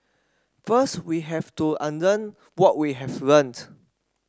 first we have to unlearn what we have learnt